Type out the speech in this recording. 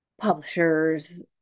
publishers